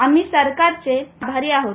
आम्ही सरकारचे आभारी आहोत